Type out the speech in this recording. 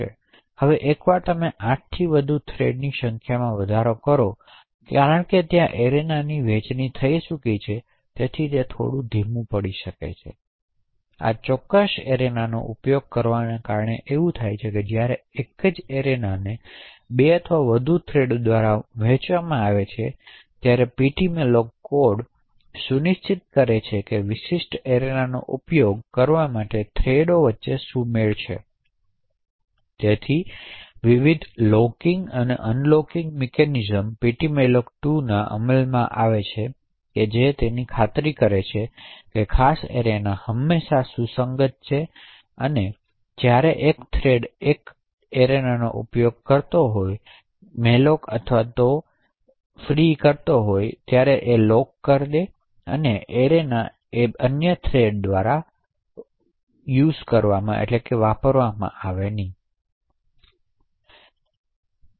હવે એકવાર તમે 8 થી વધુ થ્રેડોની સંખ્યામાં વધારો કરો કારણ કે ત્યાં એરેનાની વહેંચણી થઈ છે જેનાથી તે થોડી ધીમી પડી શકે છે આ કોઈ ચોક્કસ એરેનાનો ઉપયોગ કરવાના કારણે થાય છે જ્યારે એક જ એરેનાને 2 અથવા વધુ થ્રેડો દ્વારા વહેંચવામાં આવે છે ત્યારે ptmalloc કોડ સુનિશ્ચિત કરે છે કે વિશિષ્ટ એરેનાનો ઉપયોગ કરવા માટે થ્રેડો વચ્ચે સુમેળ છે તેથી વિવિધ લોકિંગ અને અનલોક મિકેનિઝમ્સ ptmalloc2 અમલમાં આવે તેની ખાતરી કરવા માટે કે ખાસ એરેના હંમેશા સુસંગત છે તેથી તે ખાતરી કરે છેકે જ્યારે એક થ્રેડ એક ઉપયોગ કરવાનો પ્રયાસ કરવામાં આવે છે malloc અને કે malloc પછી ત્યાં લોકીંગ પદ્ધતિ છે એક એરેના જે પણ અન્ય થ્રેડ દ્વારા શેર કરવામાં આવે પડેસુમેળ સુનિશ્ચિત કરવા માટે